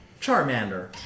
Charmander